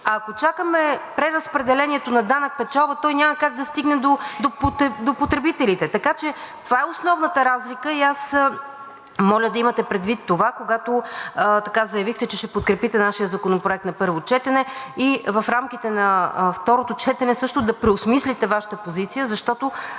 а ако чакаме преразпределението на данък печалба, той няма как да стигне до потребителите. Така че това е основната разлика и аз моля да имате предвид това, когато заявите, че ще подкрепите нашия законопроект на първо четене и в рамките на второто четене също да преосмислите Вашата позиция, защото